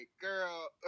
girl